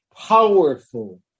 powerful